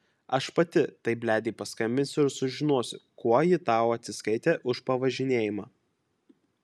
aš pati tai bledei paskambinsiu ir sužinosiu kuo ji tau atsiskaitė už pavažinėjimą